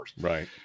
Right